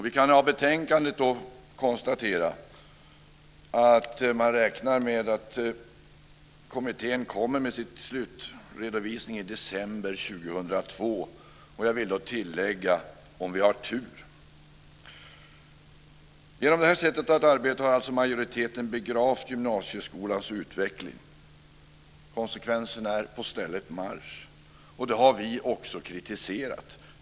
Vi kan i betänkandet se att man räknar med att kommittén kommer med sin slutredovisning i december 2002, om vi har tur, vill jag då tillägga. Genom det här sättet att arbeta har majoriteten begravt gymnasieskolans utveckling. Konsekvensen är på stället marsch. Det har vi också kritiserat.